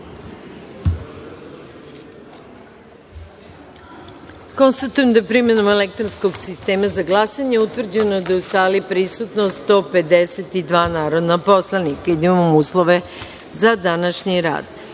da je, primenom elektronskog sistema za glasanje, utvrđeno da su u sali prisutna 152 narodna poslanika i da imamo uslove za današnji